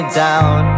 down